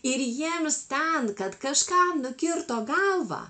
ir jiems ten kad kažkam nukirto galvą